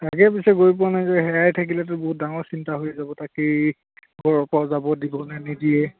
আগে পিছে গৈ পোৱা নাই যে হেৰায়েই থাকিলেতো বহুত ডাঙৰ চিন্তা হৈ যাব তাকেই ঘৰৰপৰাও যাব দিব নে নিদিয়ে